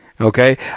Okay